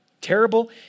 terrible